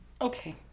Okay